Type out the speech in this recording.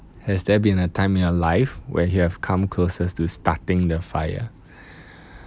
has there been a time in your life where you have come closest to starting the fire